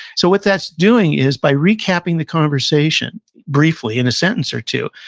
so, what that's doing is, by recapping the conversation briefly in a sentence or two,